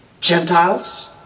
Gentiles